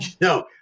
No